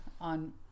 on